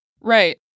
Right